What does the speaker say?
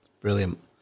brilliant